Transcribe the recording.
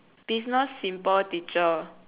business simple teacher